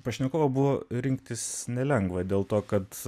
pašnekovo buvo rinktis nelengvą dėl to kad